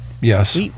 Yes